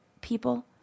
people